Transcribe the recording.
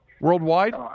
worldwide